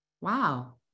wow